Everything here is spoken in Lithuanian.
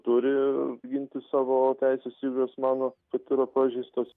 turi ginti savo teises jeigu jis mano kad yra pažeistos